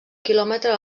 quilòmetre